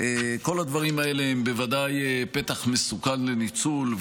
כל הדברים האלה הם בוודאי פתח מסוכן לניצול,